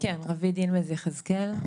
כן, רוית דינמז יחזקאל.